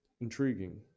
Intriguing